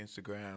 Instagram